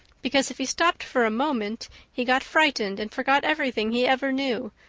because if he stopped for a moment he got frightened and forgot everything he ever knew,